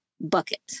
bucket